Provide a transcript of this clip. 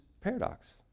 paradox